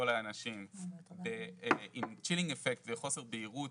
האנשים עם chilling effect וחוסר בהירות